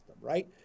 right